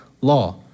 law